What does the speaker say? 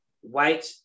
white